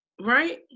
right